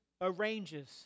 arranges